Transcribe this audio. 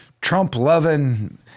Trump-loving